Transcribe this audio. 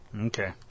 Okay